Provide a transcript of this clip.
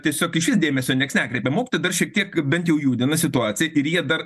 tiesiog išvis dėmesio nieks nekreipia mokytojai dar šiek tiek bent jau judina situaciją ir jie dar